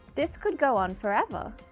this could go on forever,